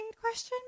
question